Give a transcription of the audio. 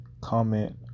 comment